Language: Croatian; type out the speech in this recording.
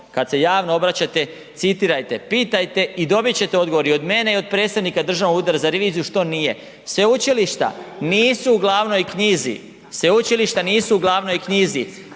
kad se javno obraćate citirajte, pitajte i dobit ćete odgovor i od mene i od predsjednika Državnog ureda za reviziju što nije. Sveučilišta nisu u glavnoj knjizi, sveučilišta nisu u glavnoj knjizi,